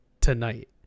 tonight